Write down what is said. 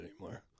anymore